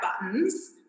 buttons